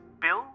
Bill